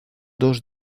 dos